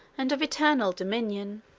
and of eternal dominion.